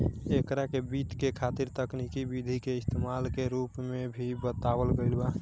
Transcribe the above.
एकरा के वित्त के खातिर तकनिकी विधि के इस्तमाल के रूप में भी बतावल गईल बा